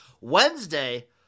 Wednesday